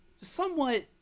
somewhat